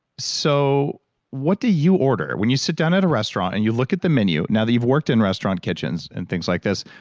so what do you order? when you sit down at a restaurant and you look at the menu now that you've worked in restaurant kitchens and things like this,